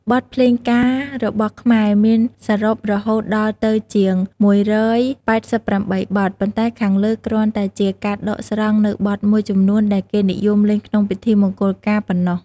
បទភ្លេងការរបស់ខ្មែរមានសរុបរហូតដល់ទៅជាង១៨៨បទ ប៉ុន្តែខាងលើគ្រាន់តែជាការដកស្រង់នូវបទមួយចំនួនដែលគេនិយមលេងក្នុងពិធីមង្គលការប៉ុណ្ណោះ។